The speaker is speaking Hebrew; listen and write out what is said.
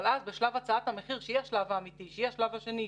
אבל אז בשלב הצעת המחיר שהוא השלב האמיתי והוא השלב השני,